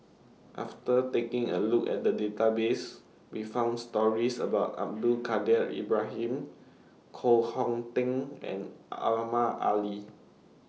after taking A Look At The Database We found stories about Abdul Kadir Ibrahim Koh Hong Teng and Ali